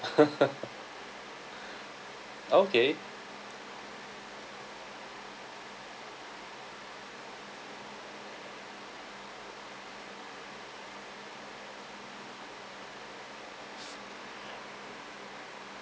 okay